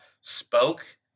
spoke